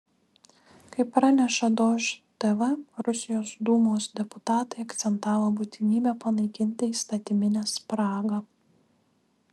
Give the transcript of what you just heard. kaip praneša dožd tv rusijos dūmos deputatai akcentavo būtinybę panaikinti įstatyminę spragą